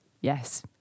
Yes